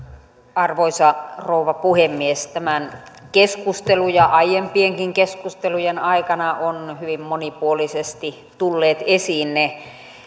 arvoisa rouva puhemies tämän keskustelun ja aiempienkin keskustelujen aikana ovat hyvin monipuolisesti tulleet esiin ne